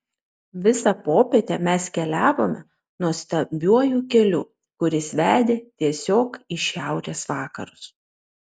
visą popietę mes keliavome nuostabiuoju keliu kuris vedė tiesiog į šiaurės vakarus